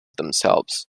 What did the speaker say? themselves